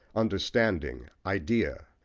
understanding, idea.